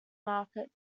market